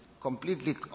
Completely